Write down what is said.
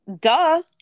Duh